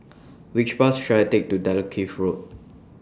Which Bus should I Take to Dalkeith Road